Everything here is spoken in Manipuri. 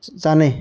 ꯆꯥꯅꯩ